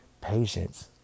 patience